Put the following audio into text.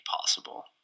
possible